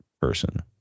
person